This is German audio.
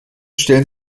stellen